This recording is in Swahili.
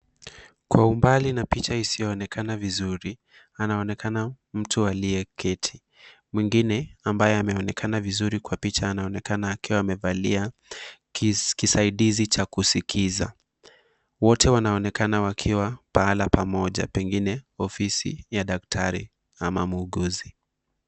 Kwa umbali na picha isiyoonekana vizuri anaonekana mtu aliyeketi, mwingine aliyeonekana vizuri kwa picha anaonekana akiwa amevalia kisaidizi cha kusikiza. Wote wanaonekana wakiwa pahali pamoja pengine ofisi ya daktari au mwuguzi.